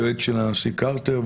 היועץ של הנשיא קרטר,